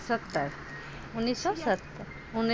सत्तर उन्नैस सए सत्तर उन्नैस